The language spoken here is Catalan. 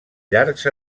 llargs